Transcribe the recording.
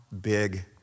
big